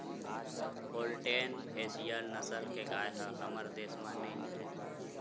Holstein Friesian नसल के गाय ह हमर देस म नइ मिलय